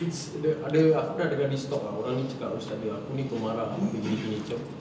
it's the other aku pernah dengar this talk orang ni cakap ustaz dia aku ni pemarah gini gini macam